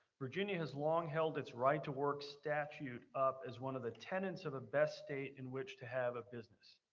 virginia has long held its right-to-work statute up as one of the tenets of a best state in which to have a business.